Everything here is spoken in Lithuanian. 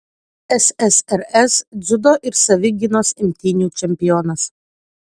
ssrs dziudo ir savigynos imtynių čempionas